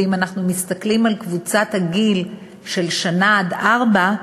ואם אנחנו מסתכלים על קבוצת הגיל של 1 4 שנים,